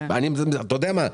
אתה יודע מה?